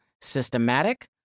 systematic